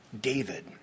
David